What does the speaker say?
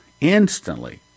Instantly